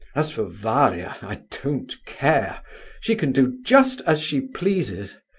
as for varia, i don't care she can do just as she pleases.